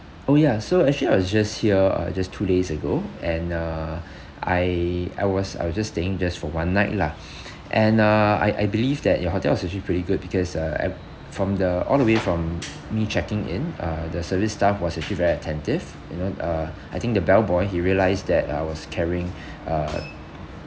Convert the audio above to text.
oh ya so actually I was just here uh just two days ago and uh I I was I was just staying just for one night lah and uh I I believe that your hotel is actually pretty good because uh at from the all the way from me checking in uh the service staff was actually very attentive you know uh I think the bell boy he realised that I was carrying uh